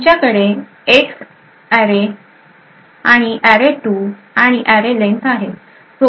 तुमच्याकडे X array array 2 आणि array len आहे